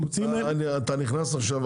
מוציאים להם --- אתה נכנס עכשיו,